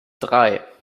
drei